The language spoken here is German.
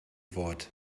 wort